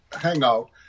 hangout